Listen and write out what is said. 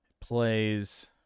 plays